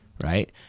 Right